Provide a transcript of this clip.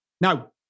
Now